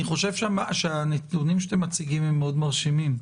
אני חושב שהנתונים שאתם מציגים הם מאוד מרשימים.